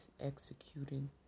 executing